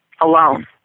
alone